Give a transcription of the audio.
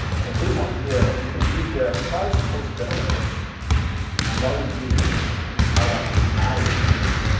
so this one here you can use their privacy policy generator and what i would do is ah would actually add it in